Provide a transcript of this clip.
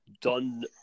done